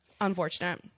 Unfortunate